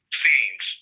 scenes